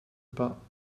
pas